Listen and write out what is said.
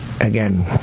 Again